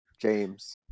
James